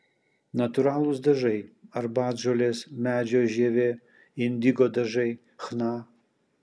natūralūs dažai arbatžolės medžio žievė indigo dažai chna